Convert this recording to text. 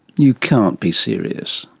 you can't be serious.